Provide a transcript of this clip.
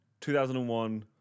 2001